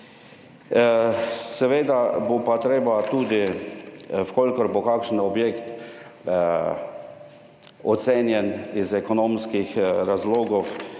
Seveda bo pa treba tudi, v kolikor bo kakšen objekt ocenjen iz ekonomskih razlogov